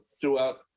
throughout